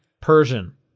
Persian